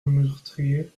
meurtrier